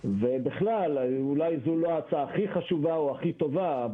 ובכלל אולי זו לא ההצעה הכי חשובה או הכי טובה,